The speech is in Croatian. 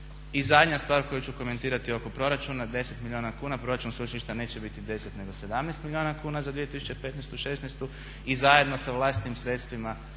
I zadnja stvar koju ću komentirati oko proračuna 10 milijuna kuna, proračun sveučilišta neće biti 10 nego 17 milijuna kuna za 2015., '16. i zajedno sa vlastitim sredstvima